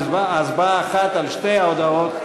הצבעה אחת על שתי ההודעות,